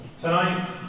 Tonight